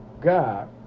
God